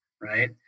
right